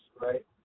right